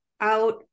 out